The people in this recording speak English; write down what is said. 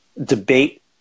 Debate